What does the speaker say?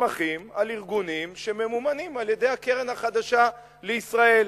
נסמכים על ארגונים שממומנים על-ידי הקרן החדשה לישראל.